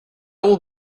will